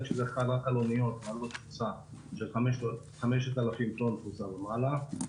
שחל רק על אוניות בעלות תפוסה של 5,000 טון ומעלה.